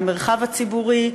המרחב הציבורי,